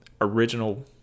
original